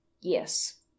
Yes